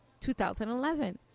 2011